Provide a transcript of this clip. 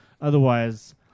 Otherwise